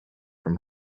from